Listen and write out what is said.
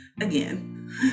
again